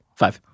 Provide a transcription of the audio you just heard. five